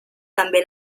també